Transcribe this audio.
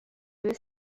was